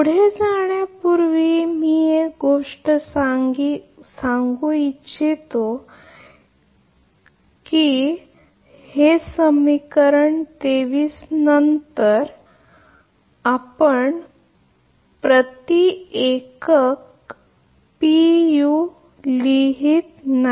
पुढे जाण्यापूर्वी एक गोष्ट मी सांगू इच्छितो की म्हणूनच पुढे या समीकरण 23 नंतर मी पुन्हा म्हणतो आणि आम्ही प्रति युनिट p u लिहित नाही